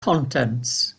contents